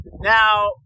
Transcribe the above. Now